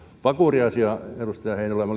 pakuriasia edustajat heinäluoma